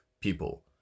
people